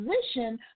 position